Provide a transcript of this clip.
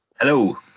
Hello